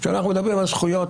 כשאנחנו מדברים על זכויות